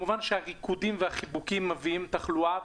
כמובן שהריקודים והחיבוקים מביאים תחלואה,